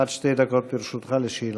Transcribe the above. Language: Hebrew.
עד שתי דקות לרשותך לשאלה.